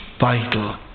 vital